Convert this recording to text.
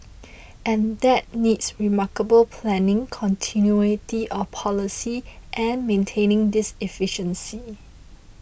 and that needs remarkable planning continuity of policy and maintaining this efficiency